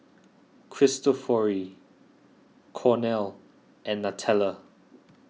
Cristofori Cornell and Nutella